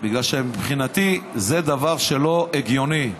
בגלל שמבחינתי זה דבר לא הגיוני.